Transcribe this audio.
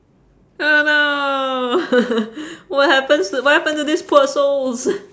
oh no what happens to what happened to these poor souls